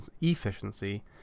efficiency